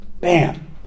bam